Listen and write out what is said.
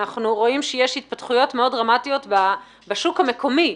אנחנו רואים שיש התפתחויות מאוד דרמטיות בשוק המקומי.